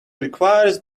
requires